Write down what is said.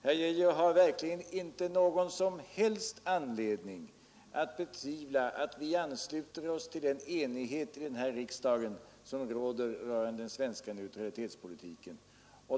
Herr Geijer har verkligen inte någon som helst anledning att betvivla att vi ansluter oss till den enighet i riksdagen som råder rörande den svenska neutralitetspolitiken.